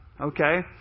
okay